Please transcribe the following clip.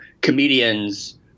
comedians